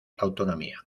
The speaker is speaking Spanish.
autonomía